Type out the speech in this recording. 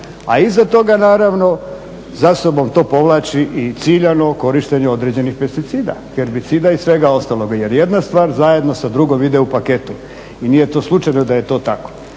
a iza toga naravno za sobom to povlači i ciljano korištenje određenih pesticida, herbicida i svega ostaloga, jer jedna stvar zajedno sa drugom ide u paketu. I nije to slučajno da je to tako.